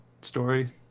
story